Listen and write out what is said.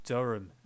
Durham